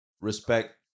respect